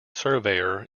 surveyor